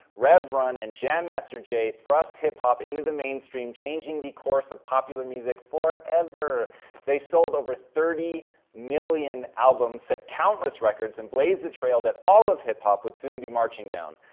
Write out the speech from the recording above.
rev run, and jam master jay thrust hip hop into the mainstream, changing the course of popular music forever. they sold over thirty million albums, set countless records, and blazed a trail that all of hip hop would soon be marching down.